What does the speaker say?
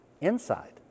Inside